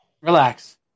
Relax